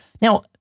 Now